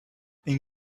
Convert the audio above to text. and